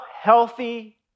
healthy